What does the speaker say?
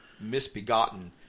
misbegotten